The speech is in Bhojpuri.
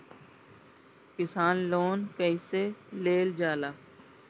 किसान लोन कईसे लेल जाला?